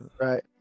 Right